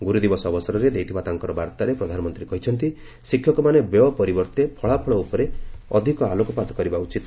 ଗୁରୁଦିବସ ଅବସରରେ ଦେଇଥିବା ତାଙ୍କର ବାର୍ତ୍ତାରେ ପ୍ରଧାନମନ୍ତ୍ରୀ କହିଛନ୍ତି ଶିକ୍ଷକମାନେ ବ୍ୟୟ ପରିବର୍ତ୍ତେ ଫଳାଫଳ ଉପରେ ଅଧିକ ଆଲୋକପାତ କରିବା ଉଚିତ